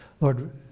Lord